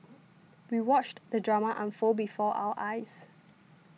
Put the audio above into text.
we watched the drama unfold before our eyes